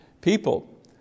people